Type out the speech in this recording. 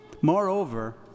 Moreover